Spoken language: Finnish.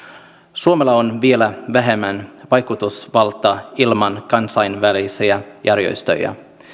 suomella on vielä vähemmän vaikutusvaltaa ilman kansainvälisiä järjestöjä